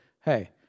hey